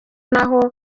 n’aho